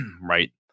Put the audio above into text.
Right